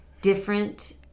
different